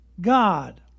God